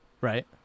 Right